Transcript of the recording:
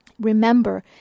Remember